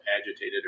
agitated